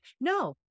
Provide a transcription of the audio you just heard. no